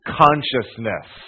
consciousness